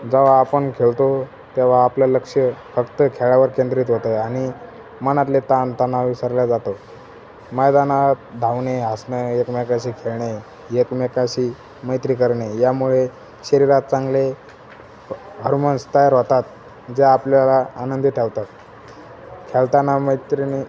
जेव्हा आपण खेळतो तेव्हा आपलं लक्ष फक्त खेळावर केंद्रित होतं आणि मनातले तणाव सर्व विसरला जातो मैदानात धावणे हसणं एकमेकाशी खेळणे एकमेकाशी मैत्री करणे यामुळे शरीरात चांगले हार्मोन्स तयार होतात जे आपल्याला आनंदी ठेवतात खेळताना मैत्रिणी